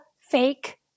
fake